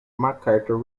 macarthur